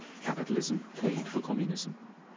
capitalism paid for communism.